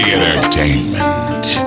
Entertainment